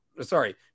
Sorry